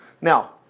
Now